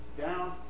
down